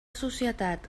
societat